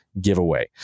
giveaway